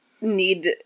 need